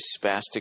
spastic